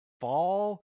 fall